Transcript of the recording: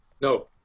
No